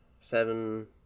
seven